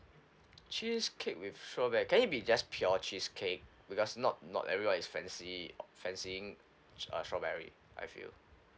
cheesecake with strawberry can it be just pure cheesecake because not not everyone is fancy fancying uh strawberry I feel